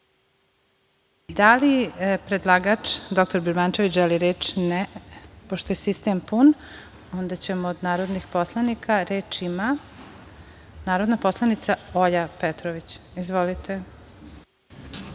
li predlagač dr Birmančević želi reč? (Ne)Pošto je sistem pun, onda ćemo od narodnih poslanika. Reč ima narodna poslanica Olja Petrović. Izvolite.